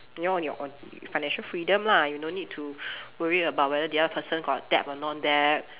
you know you on your own financial freedom lah you no need to worry about whether the other person got debt or no debt